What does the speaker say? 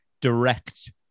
direct